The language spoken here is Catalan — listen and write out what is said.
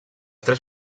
tres